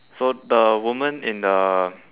so the woman in the